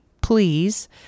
please